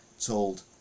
told